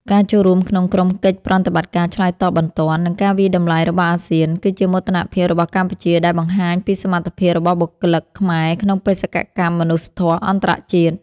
ការចូលរួមក្នុងក្រុមកិច្ចប្រតិបត្តិការឆ្លើយតបបន្ទាន់ និងការវាយតម្លៃរបស់អាស៊ាន គឺជាមោទនភាពរបស់កម្ពុជាដែលបានបង្ហាញពីសមត្ថភាពរបស់បុគ្គលិកខ្មែរក្នុងបេសកកម្មមនុស្សធម៌អន្តរជាតិ។